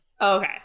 Okay